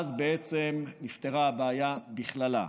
ואז בעצם נפתרה הבעיה בכללה.